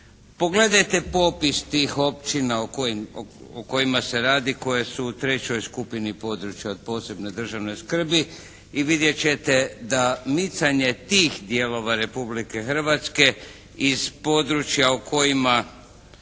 Pogledajte popis tih općina o kojima se radi, koje su u trećoj skupini područja od posebne državne skrbi i vidjet ćete da micanje tih dijelova Republike Hrvatske iz područja u kojima